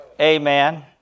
Amen